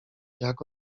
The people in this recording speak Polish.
jak